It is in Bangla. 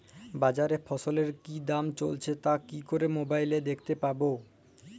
বাজারে ফসলের কি দাম চলছে তা কি করে মোবাইলে দেখতে পাবো?